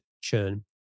churn